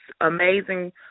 amazing